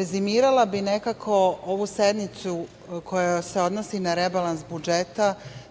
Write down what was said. rezimirala bih nekako ovu sednicu koja se odnosi na rebalans budžeta,